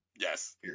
Yes